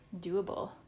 doable